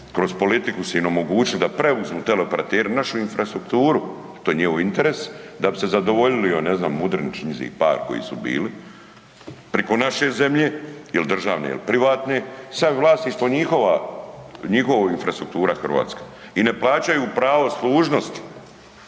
kroz politiku su im omogućili da preuzmu teleoperateri našu infrastrukturu, to je njihov interes da bi se zadovoljili, ne znam, Mudrinić, njih par koji su bili, preko naše zemlje, ili državne ili privatne, sad je vlasništvo njihova infrastruktura Hrvatske i ne plaćaju pravo služnosti.